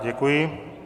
Děkuji.